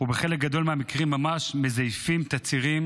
ובחלק גדול מהמקרים ממש מזייפים תצהירים